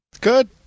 good